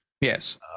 Yes